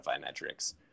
metrics